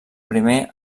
primer